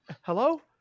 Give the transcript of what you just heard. Hello